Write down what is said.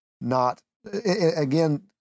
not—again